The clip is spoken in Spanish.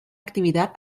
actividad